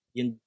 Yung